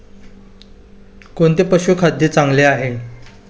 कोणते पशुखाद्य चांगले आहे?